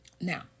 now